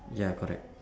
ya correct